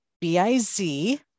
B-I-Z